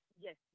Yes